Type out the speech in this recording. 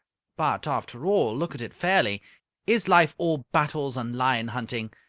but, after all look at it fairly is life all battles and lion-hunting?